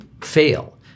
fail